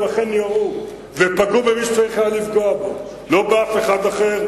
הם אכן ירו ופגעו במי שצריך היה לפגוע בו ולא באף אחד אחר,